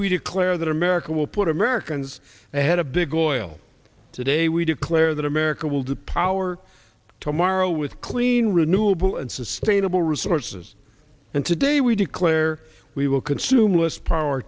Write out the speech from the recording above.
we declare that america will put americans ahead a big oil today we declare that america will to power tomorrow with clean renewable and sustainable resources and today we declare we will consume less power